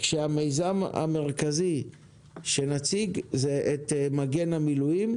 כשהמיזם המרכזי שנציג זה את מגן המילואים,